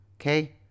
Okay